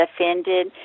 offended